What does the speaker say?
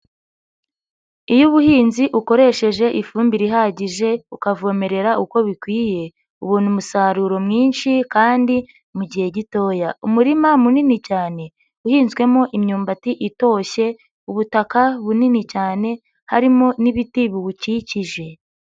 Iyo ubuhinzi ukoresheje ifumbire ihagije ukavomerera uko bikwiye, ubona umusaruro mwinshi kandi mu gihe gitoya. Umurima munini cyane uhinzwemo imyumbati itoshye ubutaka bunini cyane harimo n'ibiti biwukikije.